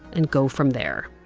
and go from there.